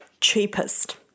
cheapest